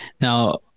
Now